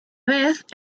vez